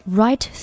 right